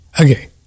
Okay